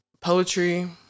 poetry